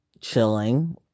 Chilling